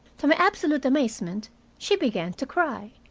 to my absolute amazement she began to cry.